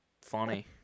funny